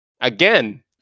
again